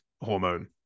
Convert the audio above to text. hormone